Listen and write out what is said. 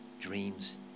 dreams